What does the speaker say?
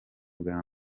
bwa